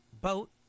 boat